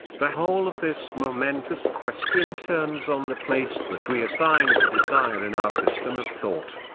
the whole of this momentous question turns on the place that we assign to desire in our system of thought.